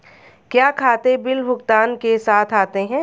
क्या खाते बिल भुगतान के साथ आते हैं?